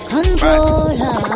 Controller